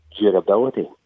durability